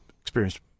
experienced